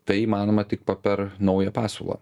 tai įmanoma tik per naują pasiūlą